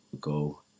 Go